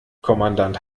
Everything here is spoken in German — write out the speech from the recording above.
kommandant